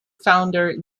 founder